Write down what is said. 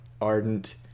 ardent